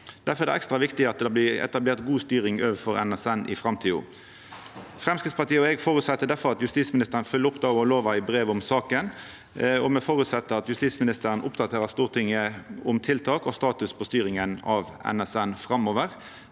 Difor er det ekstra viktig at det blir etablert god styring overfor NSM i framtida. Framstegspartiet og eg føreset difor at justisministeren følgjer opp det ho har lova i brev om saka, og me føreset at justisministeren oppdaterer Stortinget om tiltak og status for styringa av NSM framover.